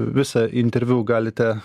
visą interviu galite